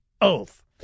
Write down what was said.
oath